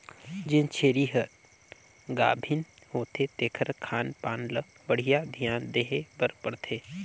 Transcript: जेन छेरी हर गाभिन होथे तेखर खान पान ल बड़िहा धियान देहे बर परथे